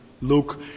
Luke